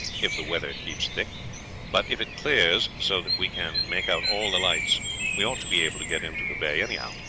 if the weather keeps thick but if it clears so that we can make out all the lights we ought to be able to get into the bay anyhow.